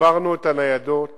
תגברנו את הניידות